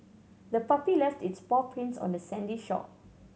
the puppy left its paw prints on the sandy shore